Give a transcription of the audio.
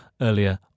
earlier